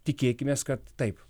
tikėkimės kad taip